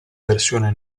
versione